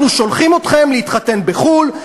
אנחנו שולחים אתכם להתחתן בחו"ל,